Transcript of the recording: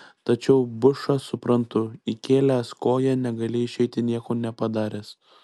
tačiau bušą suprantu įkėlęs koją negali išeiti nieko nepadaręs